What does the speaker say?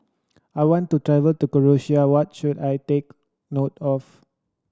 I want to travel to Croatia what should I take note of